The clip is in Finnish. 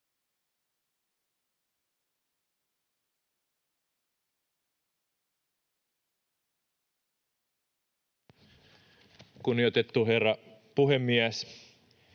Kunnioitettu herra puhemies!